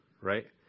right